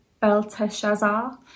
Belteshazzar